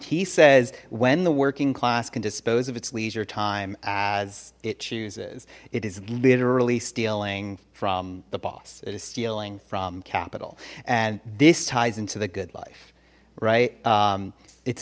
he says when the working class can dispose of its leisure time as it chooses it is literally stealing from the boss it is stealing from capital and this ties into the good life right it's